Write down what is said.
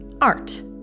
art